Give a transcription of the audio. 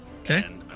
Okay